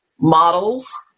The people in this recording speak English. models